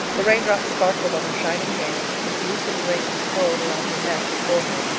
the raindrops sparkled on her shining hair its loosened rings curled around her neck and forehead.